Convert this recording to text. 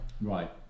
Right